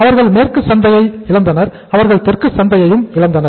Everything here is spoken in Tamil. அவர்கள் மேற்கு சந்தையை இழந்தனர் அவர்கள் தெற்கு சந்தையையும் இழந்தனர்